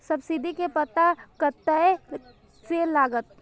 Subsidy के पता कतय से लागत?